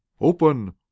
Open